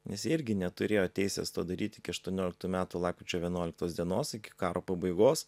nes jie irgi neturėjo teisės to daryt iki aštuonioliktų metų lapkričio vienuoliktos dienos iki karo pabaigos